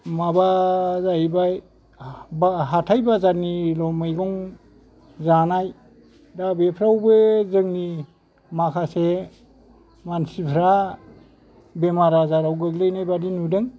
माबा जाहैबाय हाथाय बाजारनिल' मैगं जानाय दा बेफ्रावबो जोंनि माखासे मानसिफ्रा बेमार आजाराव गोग्लैनाय बायदि नुदों